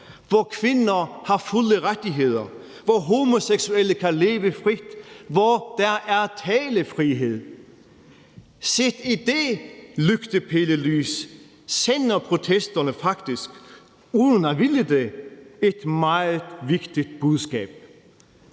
hvor kvinder har fulde rettigheder, hvor homoseksuelle kan leve frit, hvor der er talefrihed. Set i det lygtepælelys sender protesterne faktisk, uden at ville det, et meget vigtigt budskab: